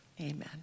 amen